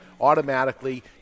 automatically